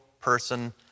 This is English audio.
person